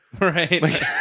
right